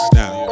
now